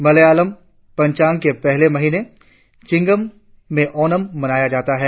मलयालम पंचांग के पहले महीने चिंगम में ओणम मनाया जाता है